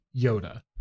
Yoda